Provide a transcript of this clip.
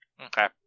Okay